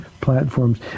platforms